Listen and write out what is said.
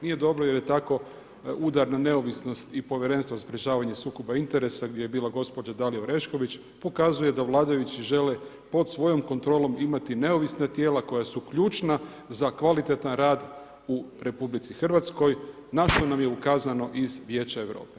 Nije dobro jer je tako udar na neovisnost i povjerenstvo za sprečavanje sukoba interesa, gdje je bila gospođa Dalija Orešković, pokazuje da vladajući žele pod svojom kontrolom imati neovisna tijela koja su ključna za kvalitetan rad u RH, na što nam je ukazano iz Vijeća Europe.